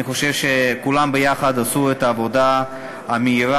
אני חושב שכולם יחד עשו את העבודה המהירה,